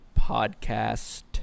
podcast